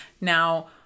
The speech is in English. now